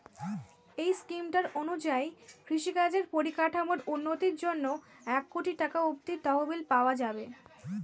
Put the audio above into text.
এই স্কিমটার অনুযায়ী কৃষিকাজের পরিকাঠামোর উন্নতির জন্যে এক কোটি টাকা অব্দি তহবিল পাওয়া যাবে